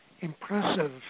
impressive